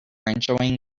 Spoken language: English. enjoying